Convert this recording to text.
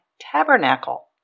tabernacle